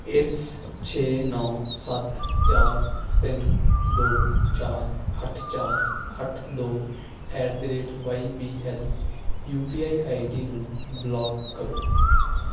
ਇਸ ਛੇ ਨੌਂ ਸੱਤ ਚਾਰ ਤਿੰਨ ਦੋ ਚਾਰ ਅੱਠ ਚਾਰ ਅੱਠ ਦੋ at the rate Y B L UPI ID ਨੂੰ ਬਲਾਕ ਕਰੋ